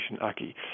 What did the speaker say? Aki